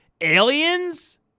aliens